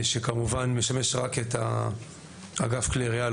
שכמובן משמש רק את אגף כלי ירייה,